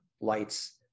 lights